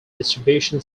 distribution